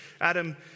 Adam